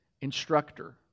instructor